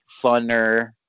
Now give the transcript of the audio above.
funner